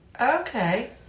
Okay